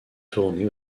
tournée